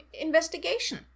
investigation